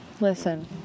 listen